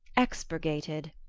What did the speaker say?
expurgated.